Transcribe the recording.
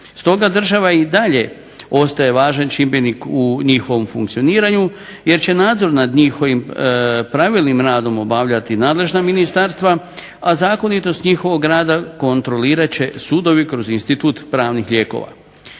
Stoga država i dalje ostaje važan čimbenik u njihovom funkcioniranju jer će nadzor nad njihovim pravilnim radom obavljati nadležna ministarstva, a zakonitost njihovog rada kontrolirat će sudovi kroz institut pravnih lijekova.